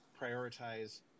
prioritize